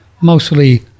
mostly